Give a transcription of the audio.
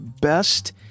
best